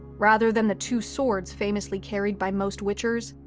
rather than the two swords famously carried by most witchers,